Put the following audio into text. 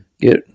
get